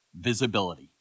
visibility